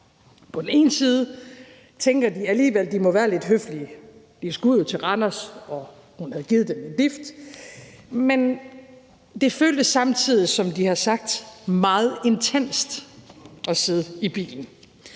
På den ene side tænker de alligevel, at de må være lidt høflige. De skulle jo til Randers, og hun havde givet dem et lift, men det føltes samtidig, som de har sagt, meget intenst at sidde i bilen.